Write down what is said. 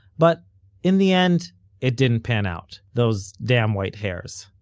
but in the end it didn't pan out. those damn white hairs,